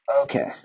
Okay